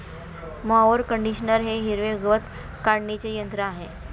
mower conditioner हे हिरवे गवत काढणीचे यंत्र आहे